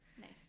Nice